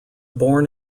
born